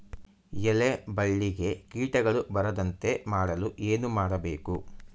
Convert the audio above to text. ಎಲೆ ಬಳ್ಳಿಗೆ ಕೀಟಗಳು ಬರದಂತೆ ಮಾಡಲು ಏನು ಮಾಡಬೇಕು?